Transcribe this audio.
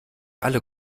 alle